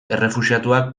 errefuxiatuak